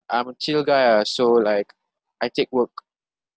I'm a chill guy ah so like I take work